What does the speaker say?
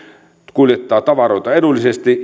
kuljettaa tavaroita edullisesti